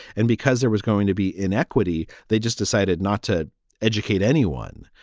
and because there was going to be inequity, they just decided not to educate anyone,